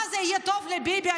מה יהיה טוב לביבי,